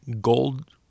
gold